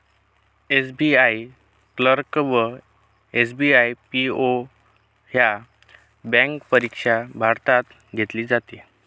SBI clerk व SBI PO ह्या bank परीक्षा भारतात घेतली जाते